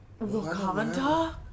Wakanda